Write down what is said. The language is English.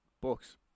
books